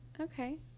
Okay